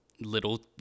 little